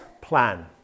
plan